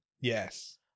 Yes